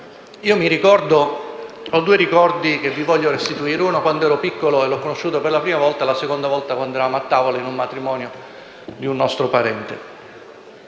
Ho due ricordi che vi voglio restituire. Uno è di quando ero piccolo e l'ho conosciuto per la prima volta e, il secondo, di quando eravamo a tavola al matrimonio di un nostro parente.